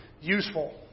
useful